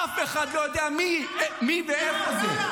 אף אחד לא יודע מי ואיפה זה.